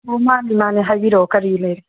ꯑꯣ ꯃꯥꯟꯅꯦ ꯃꯥꯟꯅꯦ ꯍꯥꯏꯕꯤꯔꯛꯑꯣ ꯀꯔꯤ ꯂꯩꯔꯦ